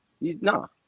No